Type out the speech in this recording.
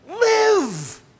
live